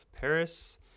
Paris